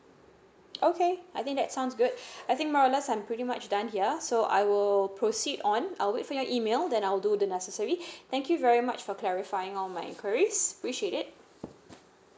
okay I think that sounds good I think more or less I'm pretty much done here so I will proceed on I'll wait for your email then I'll do the necessary thank you very much for clarifying all my enquiries appreciate it